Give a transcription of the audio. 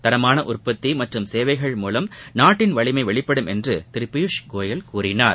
தரமான உற்பத்தி மற்றும் சேவைகள் மூலம் நாட்டின் வலிமை வெளிப்படும் என்று திரு பியூஷ் கோயல் கூறினார்